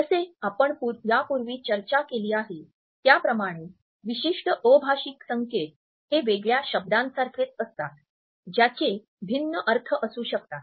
जसे आपण यापूर्वी चर्चा केली आहे त्याप्रमाणे विशिष्ट अभाषिक संकेत हे वेगळ्या शब्दासारखेच असतात ज्याचे भिन्न अर्थ असू शकतात